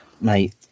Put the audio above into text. Mate